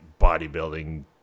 bodybuilding